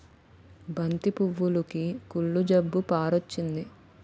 బంతి పువ్వులుకి కుళ్ళు జబ్బు పారొచ్చింది